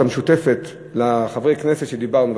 המשותפת לחברי הכנסת שאמרנו,